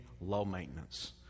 low-maintenance